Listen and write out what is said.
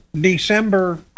December